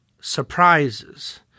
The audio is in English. surprises